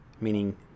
meaning